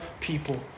people